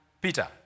Peter